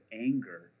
anger